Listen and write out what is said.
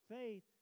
Faith